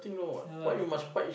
ya lah nothing orh